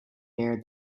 bear